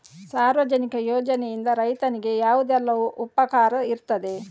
ಸಾರ್ವಜನಿಕ ಯೋಜನೆಯಿಂದ ರೈತನಿಗೆ ಯಾವುದೆಲ್ಲ ಉಪಕಾರ ಇರ್ತದೆ?